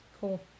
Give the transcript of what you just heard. Cool